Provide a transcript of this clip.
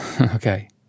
Okay